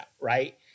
Right